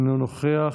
אינו נוכח.